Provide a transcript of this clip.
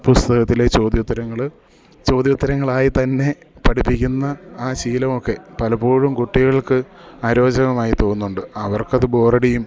പുസ്തകത്തിലേ ചോദ്യോത്തരങ്ങൾ ചോദ്യോത്തരങ്ങളായിത്തന്നെ പഠിപ്പിക്കുന്ന ആ ശീലമൊക്കെ പലപ്പോഴും കുട്ടികൾക്ക് അരോചകമായി തോന്നുന്നുണ്ട് അവർക്കത് ബോറടിയും